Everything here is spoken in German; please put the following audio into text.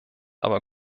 aber